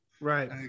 right